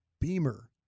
Beamer